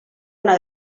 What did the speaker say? una